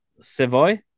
Savoy